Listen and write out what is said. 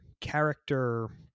character